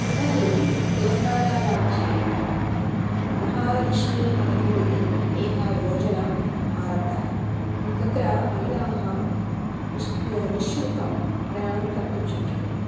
इदानीं तेलङ्गाणाराज्ये महालक्ष्मीपतकमिति एका योजना आरब्धा तत्र महिलाः निश् निश्शुल्कं प्रयाणं कर्तुं शक्यन्ते